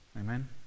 Amen